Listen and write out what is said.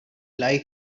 lie